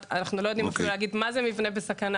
לא מאפשר לנו אפילו להגיד מה זה מבנה בסכנה,